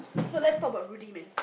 so lets talk about rudy men